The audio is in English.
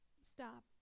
stop